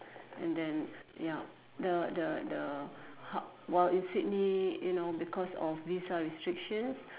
and then yup the the the ha~ while in Sydney you know because of Visa restrictions